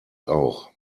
auch